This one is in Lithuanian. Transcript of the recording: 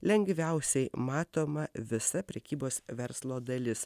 lengviausiai matoma visa prekybos verslo dalis